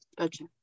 okay